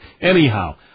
Anyhow